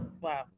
wow